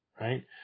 right